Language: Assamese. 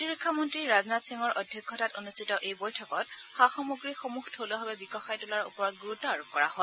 প্ৰতিৰক্ষা মন্ত্ৰী ৰাজনাথ সিঙৰ অধ্যক্ষতাত অনূষ্ঠিত এই বৈঠকত সা সামগ্ৰীসমূহ থলুৱাভাৱে বিকশাই তোলাৰ ওপৰত গুৰুত্ব আৰোপ কৰা হয়